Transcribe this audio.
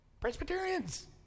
Presbyterians